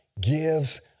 gives